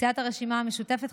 סיעת הרשימה המשותפת,